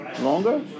Longer